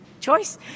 choice